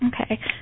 Okay